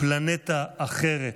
פלנטה אחרת.